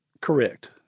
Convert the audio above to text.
Correct